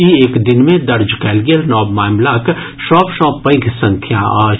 ई एक दिन मे दर्ज कयल गेल नव मामिलाक सभ सॅ पैघ संख्या अछि